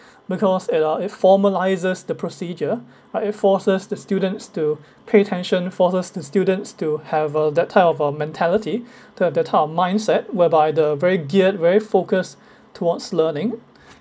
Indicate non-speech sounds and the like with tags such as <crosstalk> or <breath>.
because it uh it formalises the procedure uh it forces the students to pay attention forces the students to have uh that type of uh mentality <breath> to have that type of mindset whereby the very geared very focused towards learning